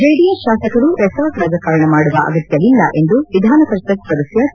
JDS ಶಾಸಕರು resort ರಾಜಕಾರಣ ಮಾಡುವ ಅಗತ್ತವಿಲ್ಲ ಎಂದು ವಿಧಾನಪರಿಷತ್ ಸದಸ್ಯ ಕೆ